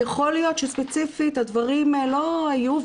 יכול להיות שספציפית הדברים לא היו,